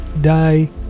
die